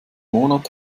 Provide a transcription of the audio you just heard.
monat